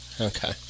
Okay